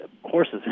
horses